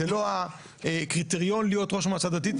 זה לא הקריטריון להיות ראש מועצה דתית.